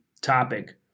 topic